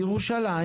בירושלים,